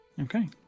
Okay